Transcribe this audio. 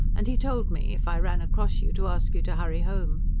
and he told me, if i ran across you to ask you to hurry home.